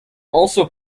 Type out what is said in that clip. also